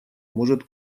может